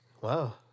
Wow